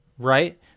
Right